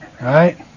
right